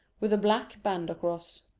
with a black band across.